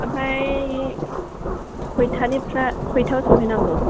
ओमफ्राय खयथायाव सहैनांगौ